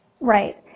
Right